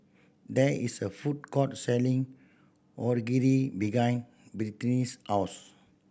there is a food court selling Onigiri Brittanie's house